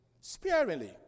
sparingly